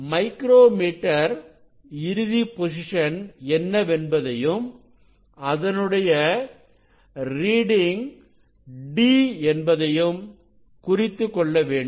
micro metre இறுதி position என்னவென்பதையும் அதனுடைய ரீடிங் d என்பதையும் குறித்துக்கொள்ள வேண்டும்